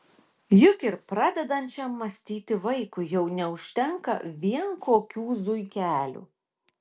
juk ir pradedančiam mąstyti vaikui jau neužtenka vien kokių zuikelių